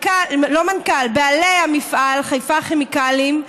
בעלי המפעל חיפה כימיקלים,